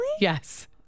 Yes